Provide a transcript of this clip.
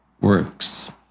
works